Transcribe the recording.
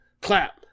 clap